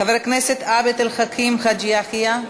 חבר הכנסת עבד אל חכים חאג' יחיא,